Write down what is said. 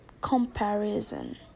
comparison